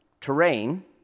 terrain